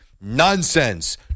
Nonsense